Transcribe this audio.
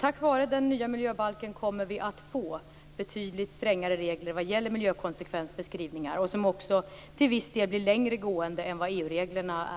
Tack vare den nya miljöbalken kommer vi att få betydligt strängare regler vad gäller miljökonsekvensbeskrivningar som också till viss del blir mer långtgående än vad EU-reglerna är.